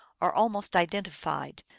or almost identified.